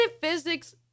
physics